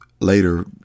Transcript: later